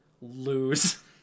lose